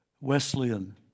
Wesleyan